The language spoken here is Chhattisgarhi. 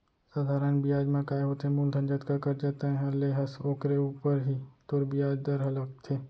सधारन बियाज म काय होथे मूलधन जतका करजा तैंहर ले हस ओकरे ऊपर ही तोर बियाज दर ह लागथे